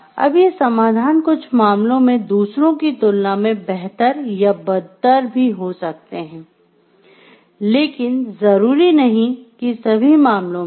अब ये समाधान कुछ मामलों में दूसरों की तुलना में बेहतर या बदतर भी हो सकते हैं लेकिन जरूरी नहीं कि सभी मामलों में हो